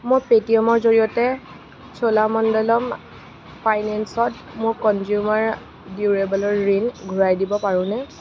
পেটিএমৰ জৰিয়তে চোলামণ্ডলম ফাইনেন্সত মোৰ কনজ্য়ুমাৰ ডিউৰেবলৰ ঋণ ঘূৰাই দিব পাৰোনে